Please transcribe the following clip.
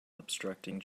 obstructing